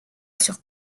sur